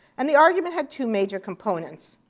and the argument had two major components.